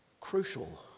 crucial